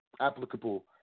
applicable